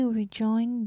rejoin